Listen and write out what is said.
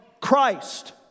Christ